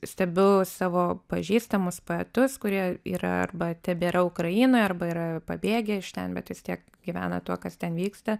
stebiu savo pažįstamus poetus kurie yra arba tebėra ukrainoj arba yra pabėgę iš ten bet vis tiek gyvena tuo kas ten vyksta